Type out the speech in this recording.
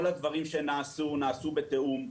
כל הדברים שנעשו, נעשו בתיאום.